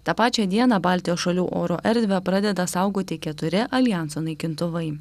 tą pačią dieną baltijos šalių oro erdvę pradeda saugoti keturi aljanso naikintuvai